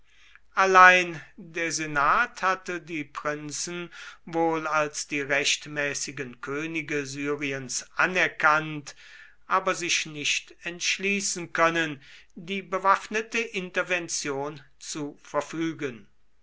allein der senat hatte die prinzen wohl als die rechtmäßigen könige syriens anerkannt aber sich nicht entschließen können die bewaffnete intervention zu verfügen